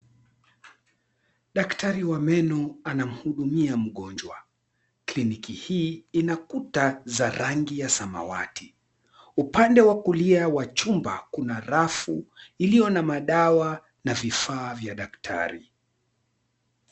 Daktari wa meno anamhudumia mgonja. Kliniki hii ina kuta za rangi ya samawati. Upande wa kulia wa chumba kuna rafu iliyo na madawa na vifaa vya daktari.